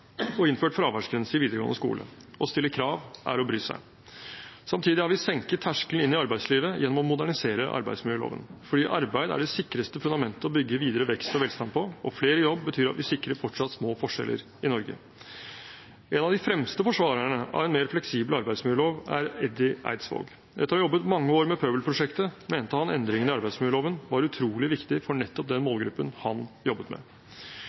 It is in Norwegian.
regjeringen innført aktivitetsplikt for unge stønadsmottakere og fraværsgrense i videregående skole. Å stille krav er å bry seg. Samtidig har vi senket terskelen inn i arbeidslivet gjennom å modernisere arbeidsmiljøloven, for arbeid er det sikreste fundamentet å bygge videre vekst og velstand på, og flere i jobb betyr at vi sikrer fortsatt små forskjeller i Norge. En av de fremste forsvarerne av en mer fleksibel arbeidsmiljølov er Eddie Eidsvåg. Etter å ha jobbet mange år med Pøbelprosjektet mente han endringene i arbeidsmiljøloven var utrolig viktig for nettopp den målgruppen han jobbet med.